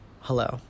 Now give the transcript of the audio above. hello